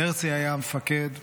והרצי היה מפקד שהוביל,